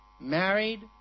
married